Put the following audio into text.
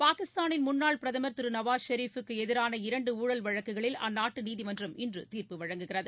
பாகிஸ்தானின் முன்னாள் பிரதமர் திரு நவாஸ் ஷெரீபுக்கு எதிரான இரண்டு ஊழல் வழக்குகளில் அந்நாட்டு நீதிமன்றம் இன்று தீர்ப்பு வழங்குகிறது